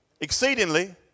exceedingly